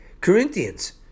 Corinthians